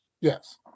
Yes